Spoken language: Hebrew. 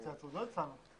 אז עוד לא יצאנו להתייעצות.